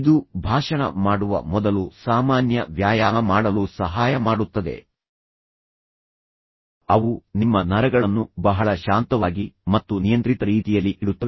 ಇದು ಭಾಷಣ ಮಾಡುವ ಮೊದಲು ಸಾಮಾನ್ಯ ವ್ಯಾಯಾಮ ಮಾಡಲು ಸಹಾಯ ಮಾಡುತ್ತದೆ ಅವು ನಿಮ್ಮ ನರಗಳನ್ನು ಬಹಳ ಶಾಂತವಾಗಿ ಮತ್ತು ನಿಯಂತ್ರಿತ ರೀತಿಯಲ್ಲಿ ಇಡುತ್ತವೆ